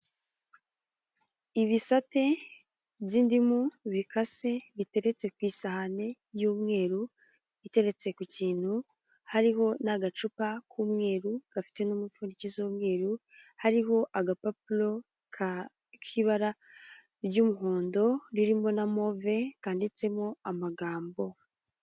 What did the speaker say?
Ibisate by'indimu bikase biteretse ku isahani y'umweru, iteretse ku kintu hariho n'agacupa k'umweru gafite n'umupfundikizo w'umweru hariho agapapuro k'ibara ry'umuhondo, ririmo na move kanditsemo amagambo.